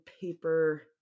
paper